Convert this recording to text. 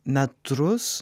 metrus jų įtaką